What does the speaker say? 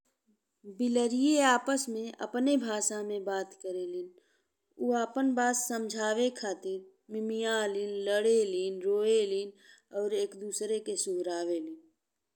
बिलरिए आपस में अपने भाषा में बात करेलिन। उ आपन बात समझावे खातिर मिमियालिन, लड़ेलिन, रोइलिन और एक दुसरे के सुहरावेलिन।